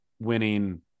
winning